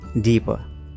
deeper